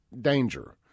danger